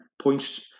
points